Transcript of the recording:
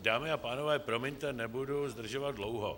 Dámy a pánové, promiňte, nebudu zdržovat dlouho.